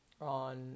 on